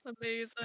amazing